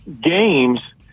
games